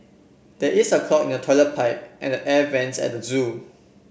there is a clog in the toilet pipe and the air vents at the zoo